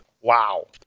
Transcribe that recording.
wow